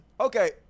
Okay